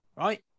Right